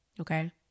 okay